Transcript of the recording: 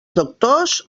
doctors